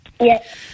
Yes